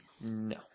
No